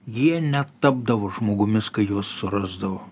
jie netapdavo žmogumis kai juos surasdavo